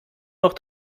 noch